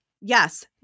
yes